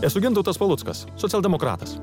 esu gintautas paluckas socialdemokratas